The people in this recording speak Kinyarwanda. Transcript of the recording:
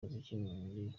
akazi